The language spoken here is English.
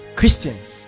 christians